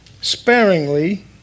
sparingly